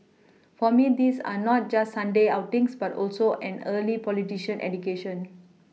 for me these are not just Sunday outings but also an early politician education